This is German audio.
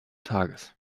tages